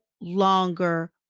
longer